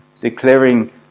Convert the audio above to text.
declaring